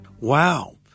Wow